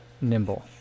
nimble